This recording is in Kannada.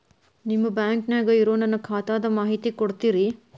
ನಿಮ್ಮ ಬ್ಯಾಂಕನ್ಯಾಗ ಇರೊ ನನ್ನ ಖಾತಾದ ಮಾಹಿತಿ ಕೊಡ್ತೇರಿ?